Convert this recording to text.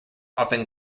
often